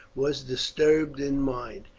was disturbed in mind.